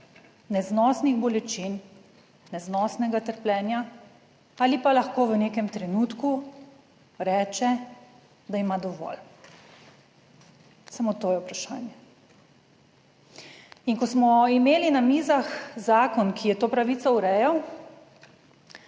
neznosnih bolečin, neznosnega trpljenja ali pa lahko v nekem trenutku reče, da ima dovolj. Samo to je vprašanje. In ko smo imeli na mizah zakon, ki je to pravico urejal,